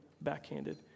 backhanded